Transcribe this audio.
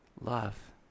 Love